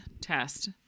test